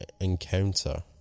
Encounter